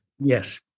Yes